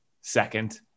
second